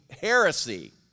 heresy